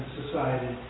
society